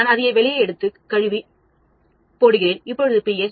நான் அதை வெளியே எடுத்து கழுவி போடுகிறேன்இது 2